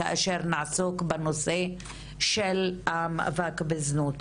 כאשר נעסוק בנושא של המאבק בזנות.